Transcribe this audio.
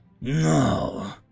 No